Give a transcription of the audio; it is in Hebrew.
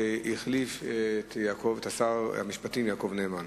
שמחליף את שר המשפטים יעקב נאמן.